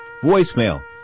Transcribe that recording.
voicemail